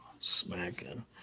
Smacking